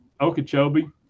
Okeechobee